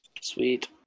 Sweet